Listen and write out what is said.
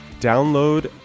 Download